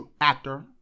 actor